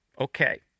Okay